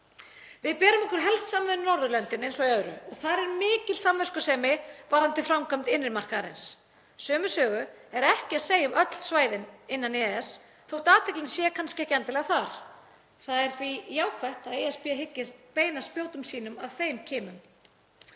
Við berum okkur helst saman við Norðurlöndin eins og í öðru, og þar er mikil samviskusemi varðandi framkvæmd innri markaðarins. Sömu sögu er ekki að segja um öll svæði innan EES þótt athyglin sé kannski ekki endilega þar. Það er því jákvætt að ESB hyggist beina spjótum sínum að þeim kimum.